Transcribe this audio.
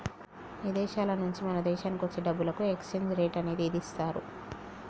ఇదేశాల నుంచి మన దేశానికి వచ్చే డబ్బులకు ఎక్స్చేంజ్ రేట్ అనేది ఇదిస్తారు